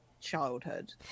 childhood